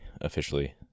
officially